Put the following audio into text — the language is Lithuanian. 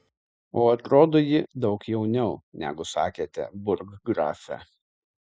o atrodo ji daug jauniau negu sakėte burggrafe